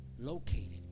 located